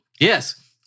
yes